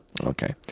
Okay